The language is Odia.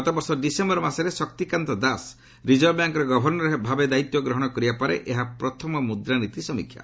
ଗତ ବର୍ଷ ଡିସେମ୍ବର ମାସରେ ଶକ୍ତିକାନ୍ତ ଦାସ ରିଜର୍ଭ ବ୍ୟାଙ୍କ୍ର ଗଭର୍ଣ୍ଣର ଭାବେ ଦାୟିତ୍ୱ ଗ୍ରହଣ କରିବା ପରେ ଏହା ପ୍ରଥମ ମୁଦ୍ରାନୀତି ସମୀକ୍ଷା